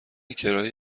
کرایه